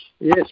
yes